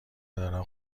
دارم